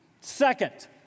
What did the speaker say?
Second